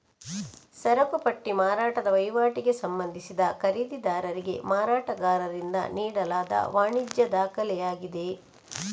ಸರಕು ಪಟ್ಟಿ ಮಾರಾಟದ ವಹಿವಾಟಿಗೆ ಸಂಬಂಧಿಸಿದ ಖರೀದಿದಾರರಿಗೆ ಮಾರಾಟಗಾರರಿಂದ ನೀಡಲಾದ ವಾಣಿಜ್ಯ ದಾಖಲೆಯಾಗಿದೆ